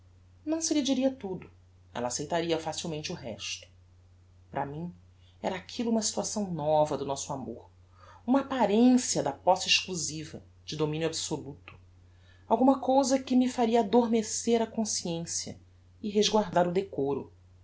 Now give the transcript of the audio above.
não se lhe diria tudo ella aceitaria facilmente o resto para mim era aquillo uma situação nova do nosso amor uma apparencia do posse exclusiva de dominio absoluto alguma cousa que me faria adormecer a consciencia o resguardar o decoro